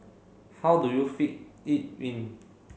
how do you fit it in